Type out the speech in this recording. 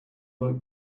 like